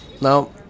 Now